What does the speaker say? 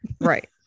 Right